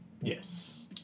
yes